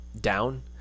down